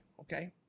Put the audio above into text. okay